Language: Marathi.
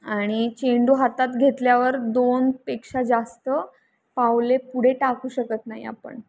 आणि चेंडू हातात घेतल्यावर दोनपेक्षा जास्त पावले पुढे टाकू शकत नाही आपण